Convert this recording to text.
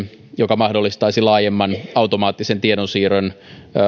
joka mahdollistaisi laajemman automaattisen tiedonsiirron